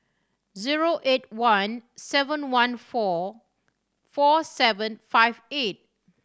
zero eight one seven one four four seven five eight